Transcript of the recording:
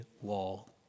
wall